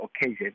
occasion